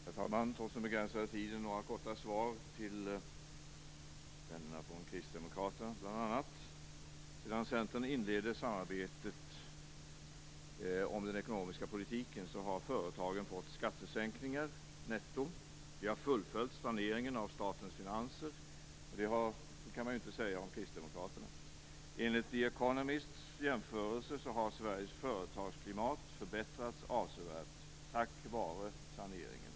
Herr talman! Trots att tiden är begränsad vill jag ge några korta svar till bl.a. vännerna från Kristdemokraterna. Sedan Centern inledde samarbetet om den ekonomiska politiken har företagen fått skattesänkningar netto. Vi har fullföljt saneringen av statens finanser. Det kan man inte säga om kristdemokraterna. Enligt en jämförelse i The Economist har Sveriges företagsklimat förbättrats avsevärt tack vare saneringen.